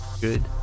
good